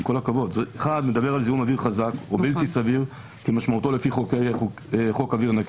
1 מדבר על זיהום אוויר חזק או בלתי סביר כמשמעותו לפי חוק אוויר נקי,